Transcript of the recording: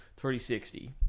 3060